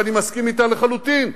שאני מסכים אתה לחלוטין,